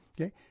Okay